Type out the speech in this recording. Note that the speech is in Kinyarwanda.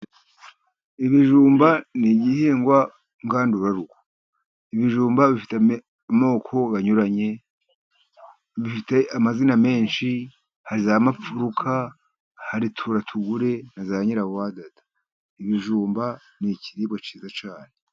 Ibijumba ni igihingwa ngandurarugo, ibijumba bifite amoko banyuranye bifite amazina menshi hari za Mapfuruka, hari Turatugure na za Nyirawadada ,ibijumba ni ikiribwa cyiza cyane.